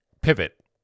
pivot